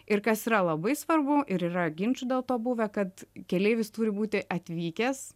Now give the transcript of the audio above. ir kas yra labai svarbu ir yra ginčų dėl to buvę kad keleivis turi būti atvykęs